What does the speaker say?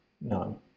none